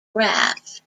kraft